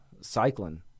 cycling